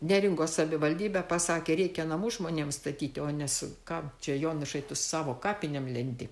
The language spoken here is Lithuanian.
neringos savivaldybė pasakė reikia namus žmonėms statyti o nes kam čia jonušai tu savo kapinėm lendi